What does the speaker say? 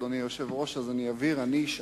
אדוני היושב-ראש, אז אני אבהיר.